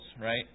right